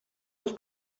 les